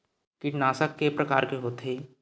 कीटनाशक के प्रकार के होथे?